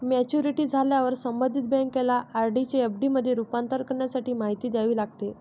maturity झाल्यावर संबंधित बँकेला आर.डी चे एफ.डी मध्ये रूपांतर करण्यासाठी माहिती द्यावी लागते